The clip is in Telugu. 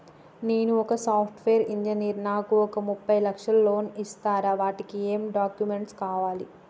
నేను ఒక సాఫ్ట్ వేరు ఇంజనీర్ నాకు ఒక ముప్పై లక్షల లోన్ ఇస్తరా? వాటికి ఏం డాక్యుమెంట్స్ కావాలి?